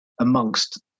amongst